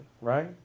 Right